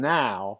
now